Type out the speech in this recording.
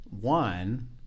One